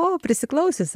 o prisiklausius